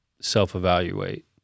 self-evaluate